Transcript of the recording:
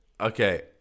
Okay